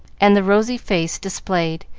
and the rosy face displayed,